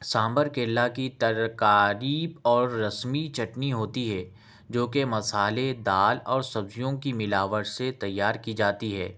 سانبر کیرلہ کی ترکاری اور رسمی چٹنی ہوتی ہے جو کہ مصالحے دال اور سبزیوں کی ملاوٹ سے تیار کی جاتی ہے